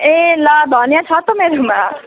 ए ल धनियाँ छ त मेरोमा